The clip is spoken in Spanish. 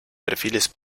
perfiles